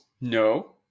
No